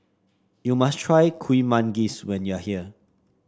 you must try Kuih Manggis when you are here